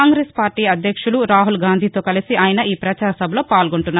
Congress party అధ్యక్షులు రాహుల్ గాంధీతో కలిసి ఆయన ఈ ప్రచార సభలో పాల్గొంటున్నారు